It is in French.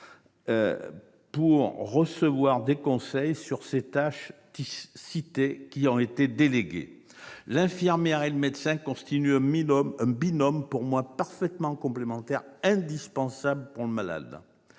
pour recevoir des conseils sur ces tâches qui lui ont été déléguées. L'infirmière et le médecin constituent un binôme parfaitement complémentaire, indispensable pour le malade.